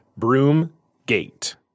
Broomgate